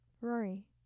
Rory